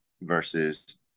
versus